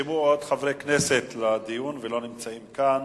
נרשמו לדיון חברי כנסת נוספים והם לא נמצאים כאן: